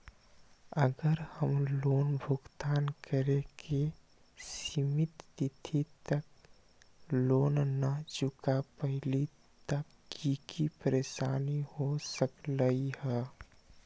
अगर हम लोन भुगतान करे के सिमित तिथि तक लोन न चुका पईली त की की परेशानी हो सकलई ह?